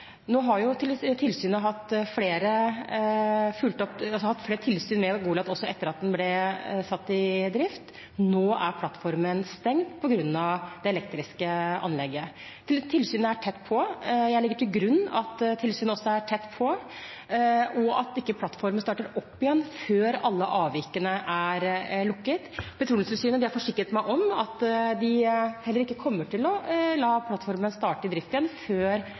drift. Nå er plattformen stengt på grunn av feil ved det elektriske anlegget. Tilsynet er tett på. Jeg legger også til grunn at tilsynet er tett på, og at plattformen ikke starter opp igjen før alle avvikene er lukket. Petroleumstilsynet har forsikret meg om at de heller ikke kommer til å la plattformen starte opp driften igjen før